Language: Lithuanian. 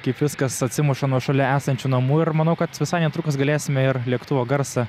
kaip viskas atsimuša nuo šalia esančių namų ir manau kad visai netrukus galėsime ir lėktuvo garsą